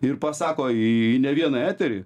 ir pasako į į ne vieną eterį